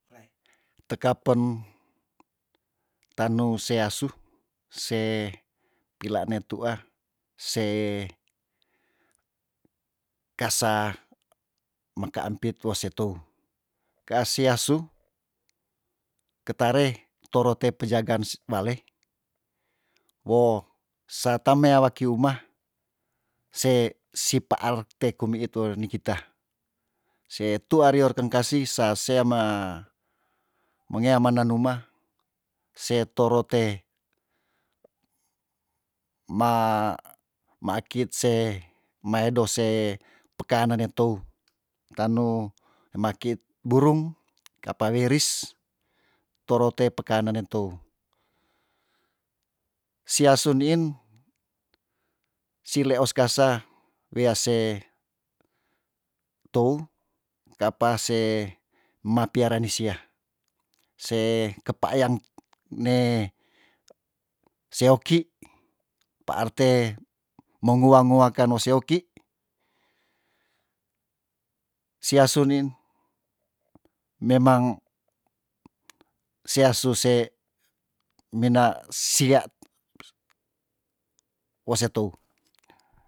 Tekapen tanu se asu se pilane tuah se kasa mekaampit wa se tou kaasi asu ketare toro te pejagaan si wale wo sa ta mea waki umah se sipaar te kumiitu wodoni kita se tuah rior keng kasi sa sea mea mengea mana numah se toro te ma- maakit se maedo se pekanen ne teu tanu emakit burung ka apa weris toro te pekanen ne tou si asu niin si leos kasa wea se tou ka apa se mapiara ni sia se kepaayang ne seoki paar te mengua ngua kano seoki si asu niin memang se asu se mina sia wo se tou